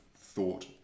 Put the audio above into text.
thought